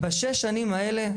בשש שנים האלה,